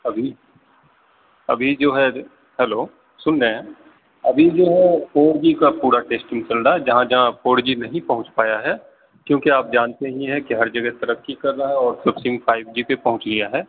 ابھی ابھی جو ہے ہیلو سن رہے ہیں ابھی جو ہے فور جی کا پورا ٹیسٹنگ چل رہا ہے جہاں جہاں فور جی نہیں پہنچ پایا ہے کیونکہ آپ جانتے ہی ہیں کہ ہر جگہ ترقی کر رہا ہے اور ٹیسٹنگ فائیو جی پہ پہنچ گیا ہے